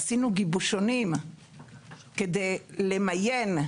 עשינו גיבושונים כדי למיין,